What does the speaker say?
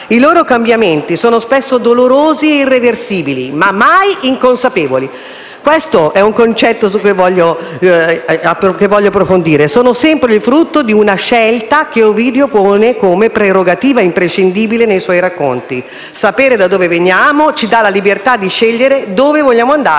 I loro cambiamenti sono spesso dolorosi e irreversibili, ma mai inconsapevoli: questo è il concetto che voglio approfondire. Sono sempre il frutto di una scelta che Ovidio pone come prerogativa imprescindibile nei suoi racconti: sapere da dove veniamo ci dà la libertà di scegliere dove vogliamo andare,